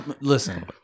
Listen